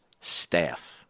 staff